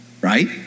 Right